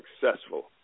successful